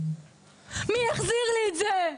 מי יחזיר לי את זה?